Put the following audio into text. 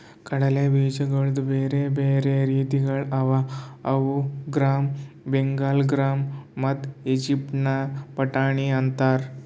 ಕಡಲೆ ಬೀಜಗೊಳ್ದು ಬ್ಯಾರೆ ಬ್ಯಾರೆ ರೀತಿಗೊಳ್ ಅವಾ ಅವು ಗ್ರಾಮ್, ಬೆಂಗಾಲ್ ಗ್ರಾಮ್ ಮತ್ತ ಈಜಿಪ್ಟಿನ ಬಟಾಣಿ ಅಂತಾರ್